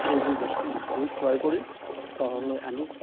সেইবোৰ বস্তু গৈ ক্ৰয় কৰি চহৰলৈ আনি